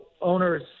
owners